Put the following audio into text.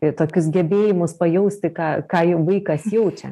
i tokius gebėjimus pajausti ką ką jų vaikas jaučia